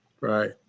right